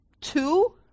two